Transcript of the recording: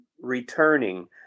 returning